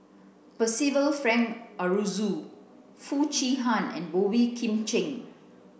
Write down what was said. Percival Frank Aroozoo Foo Chee Han and Boey Kim Cheng